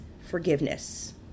forgiveness